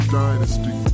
dynasty